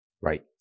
Right